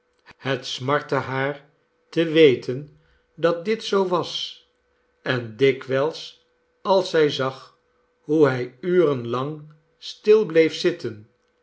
het smartte haar te weten dat dit zoo was en dikwijls als zij zag hoe hij uren lang stil bleef zitten